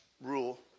rule